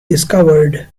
discovered